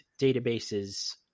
databases